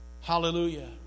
hallelujah